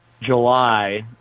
july